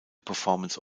performance